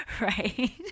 Right